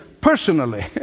personally